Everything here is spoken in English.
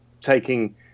taking